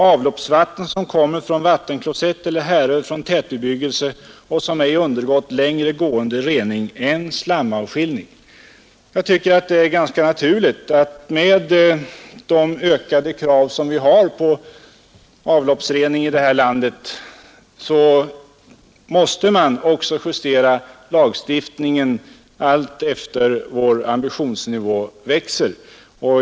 avloppsvatten som kommer från vattenklosett eller härrör från tätbebyggelse och som ej undergått längre gående rening än slamavskiljning, ———.” Vad är det som hindrar att byta ”slamavskiljning” mot ”biologisk rening”? Det är ganska naturligt att man med de ökade krav som vi har på avloppsrening i vårt land också måste justera lagstiftningen allteftersom vår ambitionsnivå höjs.